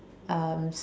um